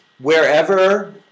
Wherever